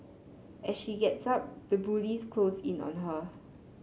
as she gets up the bullies close in on her